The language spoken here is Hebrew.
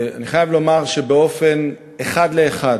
אני חייב לומר שבאופן, אחד לאחד,